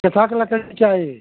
कैसा क लकड़ी चाहिए